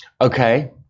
Okay